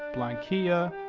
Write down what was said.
blanquilla,